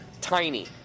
Tiny